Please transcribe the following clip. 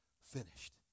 finished